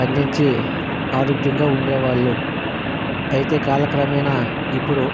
పండించి ఆరోగ్యంగా ఉండేవాళ్ళు అయితే కాలక్రమేణా ఇప్పుడు